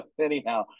Anyhow